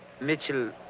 Mitchell